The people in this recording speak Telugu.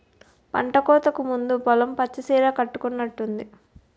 పంటకోతకు ముందు పొలం పచ్చ సీర కట్టుకునట్టుంది